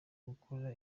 gukora